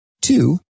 two